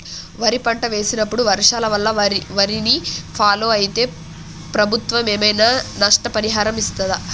వరి పంట వేసినప్పుడు వర్షాల వల్ల వారిని ఫాలో అయితే ప్రభుత్వం ఏమైనా నష్టపరిహారం ఇస్తదా?